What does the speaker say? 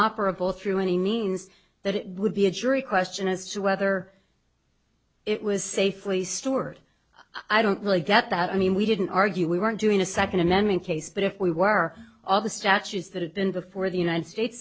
operable through any means that it would be a jury question as to whether it was safely stored i don't really get that i mean we didn't argue we weren't doing a second amendment case but if we were all the statues that have been before the united states